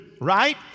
right